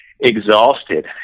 exhausted